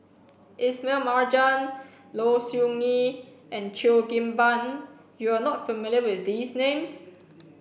Ismail Marjan Low Siew Nghee and Cheo Kim Ban you are not familiar with these names